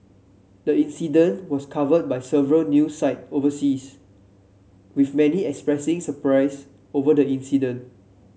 the incident was covered by several news site overseas with many expressing surprise over the incident